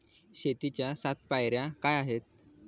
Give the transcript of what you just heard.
शेतीच्या सात पायऱ्या काय आहेत?